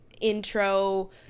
intro